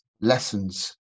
lessons